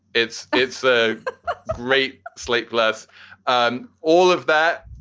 it's it's a great slate. bless and all of that.